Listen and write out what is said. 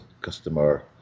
customer